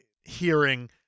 hearing